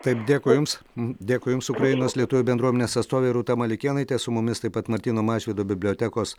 taip dėkui jums dėkui jums ukrainos lietuvių bendruomenės atstovė rūta malikėnaitė su mumis taip pat martyno mažvydo bibliotekos